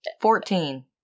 Fourteen